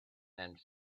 and